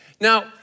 Now